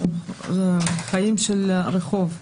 חיי רחוב.